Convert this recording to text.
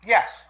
Yes